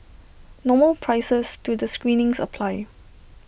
normal prices to the screenings apply